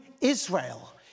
Israel